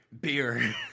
Beer